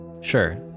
Sure